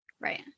Right